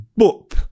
boop